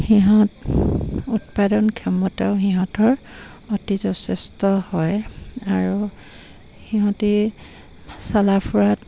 সিহঁত উৎপাদন ক্ষমতাও সিহঁতৰ অতি যথেষ্ট হয় আৰু সিহঁতে চলা ফুৰাত